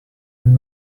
and